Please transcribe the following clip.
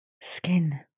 Skin